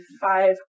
five